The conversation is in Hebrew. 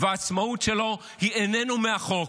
והעצמאות שלו אינה מהחוק.